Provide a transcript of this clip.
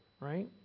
right